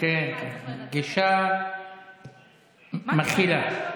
גישה מכילה.